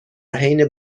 حین